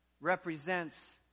represents